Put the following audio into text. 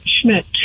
Schmidt